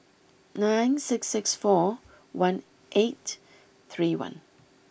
nine six six four one eight three one